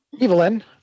Evelyn